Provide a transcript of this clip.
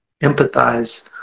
empathize